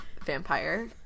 vampire